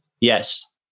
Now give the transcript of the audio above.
Yes